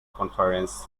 conference